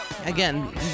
Again